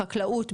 חקלאות,